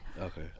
Okay